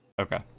Okay